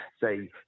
say